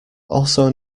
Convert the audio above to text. also